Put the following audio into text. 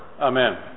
Amen